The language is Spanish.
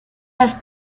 las